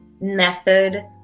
method